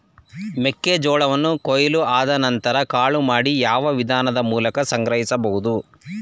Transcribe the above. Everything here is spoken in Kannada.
ಮೆಕ್ಕೆ ಜೋಳವನ್ನು ಕೊಯ್ಲು ಆದ ನಂತರ ಕಾಳು ಮಾಡಿ ಯಾವ ವಿಧಾನದ ಮೂಲಕ ಸಂಗ್ರಹಿಸಬಹುದು?